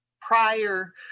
prior